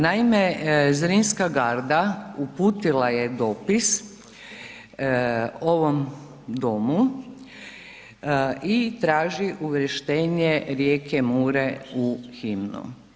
Naime, Zrinska garda uputila je dopis ovom domu i traži uvrštenje rijeke Mure u himnu.